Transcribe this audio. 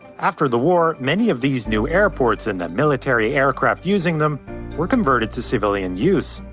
after the war, many of these new airports and military aircraft using them were converted to civilian use.